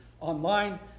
Online